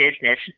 business